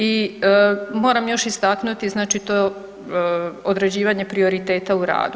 I moram još istaknuti znači to određivanje prioriteta u radu.